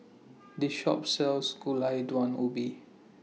This Shop sells Gulai Daun Ubi